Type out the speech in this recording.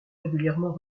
régulièrement